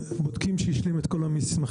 בודקים שהוא השלים את כל המסמכים.